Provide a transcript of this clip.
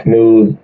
News